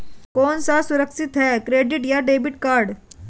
कौन सा सुरक्षित है क्रेडिट या डेबिट कार्ड?